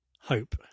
hope